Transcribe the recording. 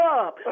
up